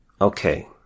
Okay